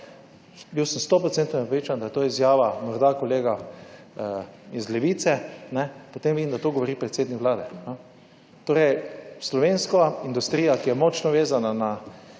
bil sem 100 % prepričan, da je to izjava, morda kolega iz Levice, ne, potem vidim, da to govori predsednik vlade. Torej slovenska industrija, ki je močno vezana na,